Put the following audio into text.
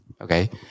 Okay